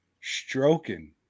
stroking